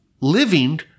living